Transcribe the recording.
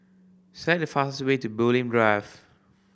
select the fastest way to Bulim Drive